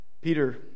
Peter